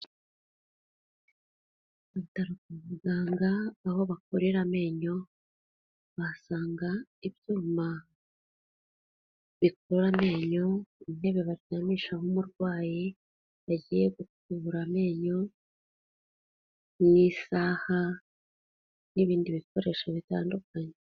Ku bitaro kwa muganga aho bakurira amenyo, wahasanga ibyuma bikura amenyo, intebe baryamishaho umurwayi bagiye gukura amenyo, n'isaha n'ibindi bikoresho bitandukanye.